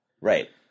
Right